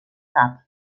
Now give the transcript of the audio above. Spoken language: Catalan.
cap